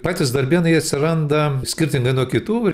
patys darbėnai atsiranda skirtingai nuo kitų